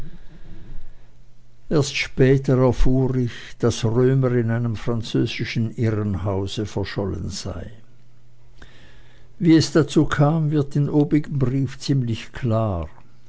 erst später erfuhr ich daß römer in einem französischen irrenhause verschollen sei wie es dazu kam wird in obigem briefe ziemlich klar